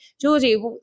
Georgie